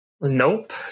Nope